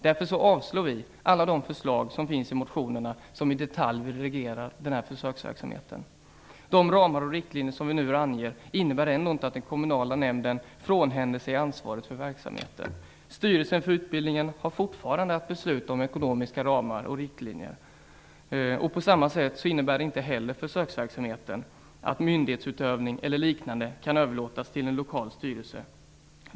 Därför avstyrker vi alla de förslag som finns i motionerna som i detalj vill reglera den här försöksverksamheten. De ramar och riktlinjer som vi nu anger innebär ändå inte att den kommunala nämnden frånhänder sig ansvaret för verksamheten. Styrelsen för utbildningen har fortfarande att besluta om ekonomiska ramar och riktlinjer. På samma sätt innebär inte heller försöksverksamheten att myndighetsutövning eller liknande kan överlåtas på en lokal styrelse.